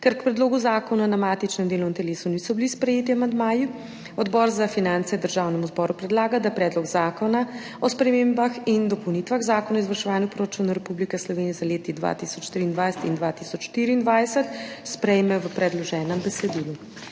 Ker k predlogu zakona na matičnem delovnem telesu niso bili sprejeti amandmaji, Odbor za finance Državnemu zboru predlaga, da Predlog zakona o spremembah in dopolnitvah Zakona o izvrševanju proračuna Republike Slovenije za leti 2023 in 2024 sprejme v predloženem besedilu.